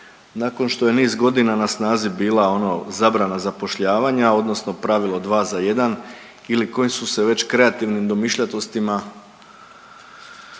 nakon što je niz godina na snazi bila ono zabrana zapošljavanja odnosno pravilo dva za jedan ili kojim su se već kreativnim domišljatostima